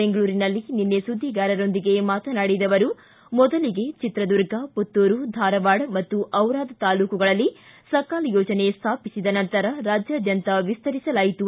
ಬೆಂಗಳೂರಿನಲ್ಲಿ ನಿನ್ನೆ ಸುದ್ದಿಗಾರರೊಂದಿಗೆ ಮಾತನಾಡಿದ ಅವರು ಮೊದಲಿಗೆ ಚಿತ್ರದುರ್ಗ ಪುತ್ತೂರು ಧಾರವಾಡ ಮತ್ತು ಡಿರದ ತಾಲೂಕುಗಳಲ್ಲಿ ಸಕಾಲ ಯೋಜನೆ ಸ್ಮಾಪಿಸಿದ ನಂತರ ರಾಜ್ಯಾದ್ಯಂತ ವಿಸ್ತರಿಸಲಾಯಿತು